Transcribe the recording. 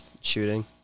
shooting